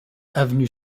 avenue